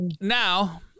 now